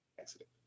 accident